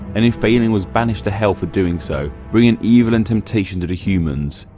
and in failing was banished to hell for doing so, bringing evil and temptation to the humans.